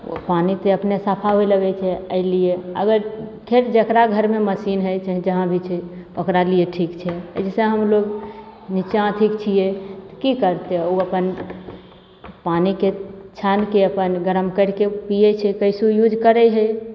ओ पानिके अपने सफा होय लगैत छै एहि लिए अगर फेर जेकरा घरमे मशीन रहैत छनि जहाँ भी छै ओकरा लिए ठीक छै जैसे हमलोग नीचाँ अथीके छियै की करतै ओ अपन पानिके छानि के अपन गरम करिके पिऐत छै कैसहो यूज करए हय